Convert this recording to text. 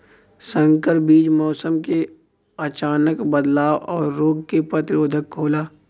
संकर बीज मौसम क अचानक बदलाव और रोग के प्रतिरोधक होला